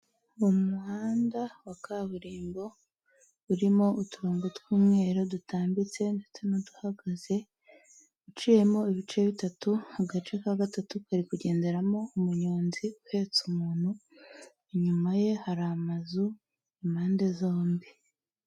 Umuhanda wa kaburimbo urimo uturongogo tw'umweru dutambitse ndetse n'uhagaze, uciyemo ibice bitatu agace ka gatatu kari kugenderamo umunyonzi uhetse umuntu, inyuma ye hari amazu impande zombi.